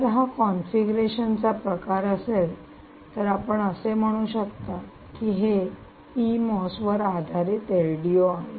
जर हा कॉन्फिगरेशन चा प्रकार असेल तर आपण असे म्हणू शकता की हे पी मॉस वर आधारित एलडीओ आहे